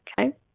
Okay